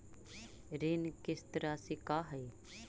ऋण किस्त रासि का हई?